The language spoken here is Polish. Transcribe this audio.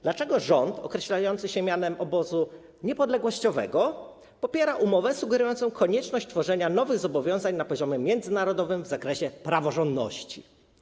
Dlaczego rząd określający się mianem obozu niepodległościowego popiera umowę sugerującą konieczność tworzenia nowych zobowiązań na poziomie międzynarodowym w zakresie praworządności?